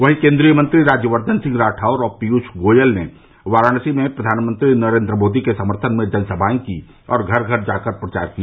वहीं केन्द्रीय मंत्री राज्यवर्द्दन सिंह राठौर और पीयूष गोयल ने वाराणसी में प्रधानमंत्री नरेन्द्र मोदी के समर्थन में जनसभाए की और घर घर जाकर प्रचार किया